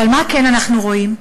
אבל מה כן אנחנו רואים?